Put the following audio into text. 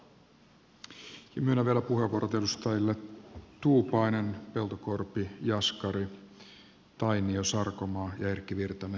myönnän vielä puheenvuorot edustajille tuupainen peltokorpi jaskari tainio sarkomaa ja erkki virtanen